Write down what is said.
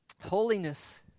Holiness